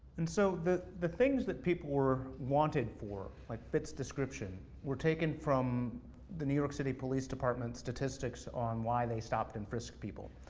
and so the the things that people were wanted for, like fits description, were taken from the new york city police department statistics on why they stopped and frisked people.